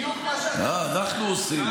בדיוק מה שעשיתם, אה, אנחנו עושים.